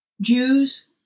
Jews